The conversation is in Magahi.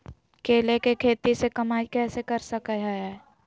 केले के खेती से कमाई कैसे कर सकय हयय?